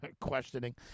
questioning